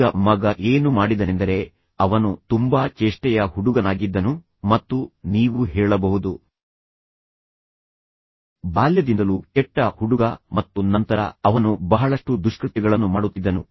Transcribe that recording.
ಈಗ ಮಗ ಏನು ಮಾಡಿದನೆಂದರೆ ಅವನು ತುಂಬಾ ಚೇಷ್ಟೆಯ ಹುಡುಗನಾಗಿದ್ದನು ಮತ್ತು ನೀವು ಹೇಳಬಹುದು ಬಾಲ್ಯದಿಂದಲೂ ಕೆಟ್ಟ ಹುಡುಗ ಮತ್ತು ನಂತರ ಅವನು ಬಹಳಷ್ಟು ದುಷ್ಕೃತ್ಯಗಳನ್ನು ಮಾಡುತ್ತಿದ್ದನು